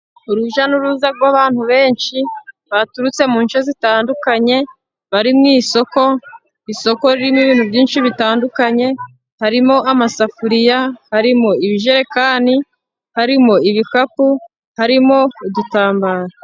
Urujya n'uruza rw'abantu benshi baturutse mu ce zitandukanye bari mu isoko, isoko ririmo ibintu byinshi bitandukanye harimo amasafuriya, harimo ijerekani, harimo ibikapu, harimo udutambaro.